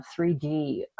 3D